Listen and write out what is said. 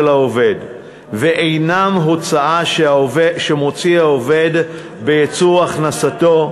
העובד ואינם הוצאה שמוציא העובד בייצור הכנסתו,